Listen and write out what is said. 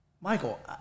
Michael